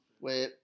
Wait